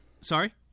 Sorry